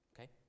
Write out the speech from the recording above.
Okay